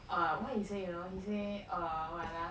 err what he say you know he say err what ah